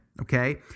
okay